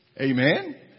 Amen